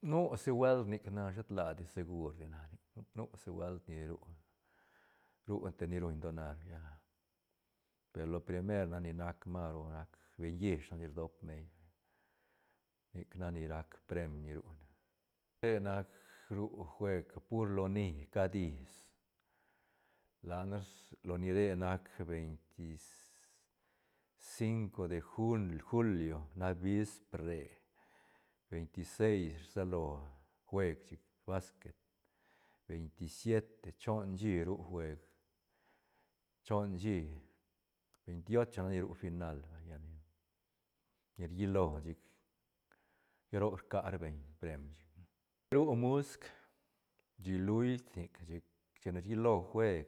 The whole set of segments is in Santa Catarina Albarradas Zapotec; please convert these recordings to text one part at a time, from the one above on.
Nu si buelt nic na shet ladi segur di nac nic nu si buelt ni ru- ru te ni ruñ donar ya per lo primer ni nac ma ru nac beñ lleich nac ni rdod meil nic nac ni rac preim ni ru na re nac ru juega pur loni cad is la ne res loni re rac veinti cinco jun julio nac bispr re veinti seis rsalo jueg chic basquet veinti siete choon shí ru jueg choon shí veinti ocho nac ni ru final vay lla ni rilo chic lla roc rca ra beñ preim ru musc shí luit nic chic chine rilo jueg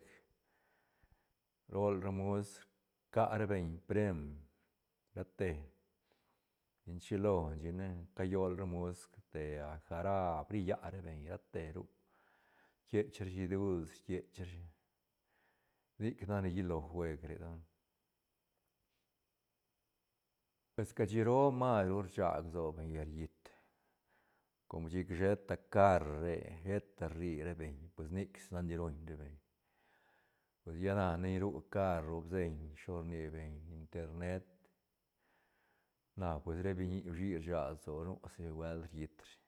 rol ra musc rca ra beñ preim ra te chin chilo chic ne cayol ra musc te a jarab rilla ra beñ ra te ru rquiech ra shi duls rquiech ra shi sic nac ni rllilo jueg re don es cashi roo mas ru rsag lso beñ llal riit com chic sheta car rre sheta rri ra beñ pues nic si nac ni ruñ ra beñ pues lla na ni ru car o bseiñ shilo rni beñ internet na pues ra biñi uishi rsag lsone nu si buelt riit ra shi.